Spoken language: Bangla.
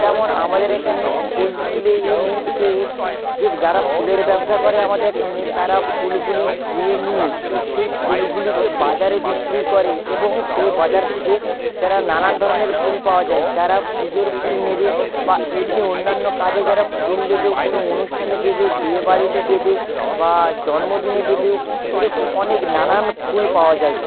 যেমন আমাদের এখানে ফুল তুলে এনে সে যে যারা ফুলের ব্যবসা করে আমাদের এখানে তারা ফুলগুলি ধুয়ে নিয়ে সেই ফুলগুলিকে বাজারে বিক্রি করে এবং সেই বাজার থেকে যারা নানান ধরনের ফুল পাওয়া যায় যারা পুজোর ফুল নেবে বা এমনি অন্যান্য কাজে যারা ফুল দেবেও কোনো অনুষ্ঠানে দেবে বিয়ে বাড়িতে দেবে বা জন্মদিনে দেবে এরকম অনেক নানান ফুল পাওয়া যায়